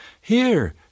Here